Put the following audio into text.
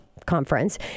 conference